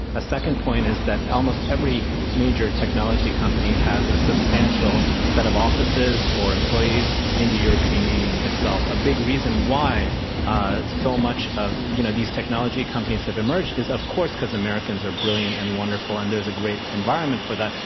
a second point is that almost every major technology company has a substantial set of offices or employees in the european union itself. a big reason why so much of, you know, these technology companies have emerged is, of course, because americans are brilliant and wonderful, and there's a great environment for that,